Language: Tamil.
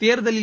தேர்தலில்